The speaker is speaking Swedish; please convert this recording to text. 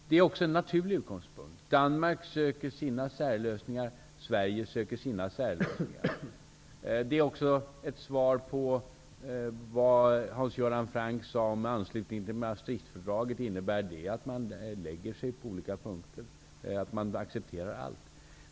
Det är också en naturlig utgångspunkt. Danmark söker sina särlösningar, och Sverige söker sina. Det är också ett svar på det Hans Göran Franck sade om anslutningen till Maastrichtfördraget. Han undrade om det innebär att man lägger sig på vissa punkter och accepterar allt.